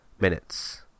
minutes